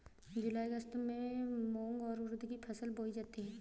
जूलाई अगस्त में मूंग और उर्द की फसल बोई जाती है